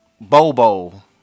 bobo